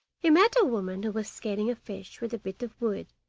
he met a woman who was scaling a fish with a bit of wood,